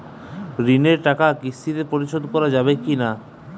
ঋণের টাকা কিস্তিতে পরিশোধ করা যাবে কি না?